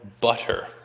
butter